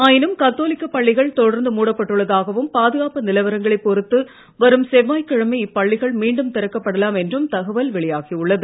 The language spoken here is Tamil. ஆயினும் கத்தோலிக்கப் பள்ளிகள் தொடர்ந்து மூடப்பட்டுள்ளதாகவும் பாதுகாப்பு நிலவரங்களைப் பொறுத்து வரும் செவ்வாய் கிழமை இப்பள்ளிகள் மீண்டும் திறக்கப்படலாம் என்றும் தகவல் வெளியாகியுள்ளது